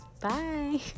bye